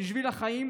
"בשביל החיים",